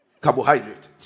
Carbohydrate